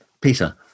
Peter